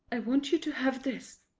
i want you to have this,